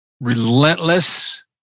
Relentless